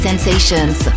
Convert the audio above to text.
Sensations